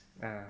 ya